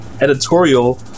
editorial